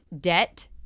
debt